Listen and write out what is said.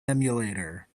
emulator